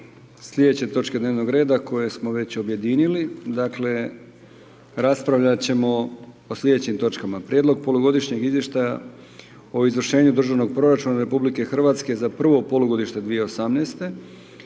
sljedeće točke dnevnog reda, koje smo već objedinili. Dakle, raspravljat ćemo o slijedećim točkama: Prijedlog polugodišnjeg izvještaja o izvršenju državnog proračuna Republike Hrvatske za prvo polugodište 2018.